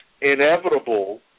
inevitable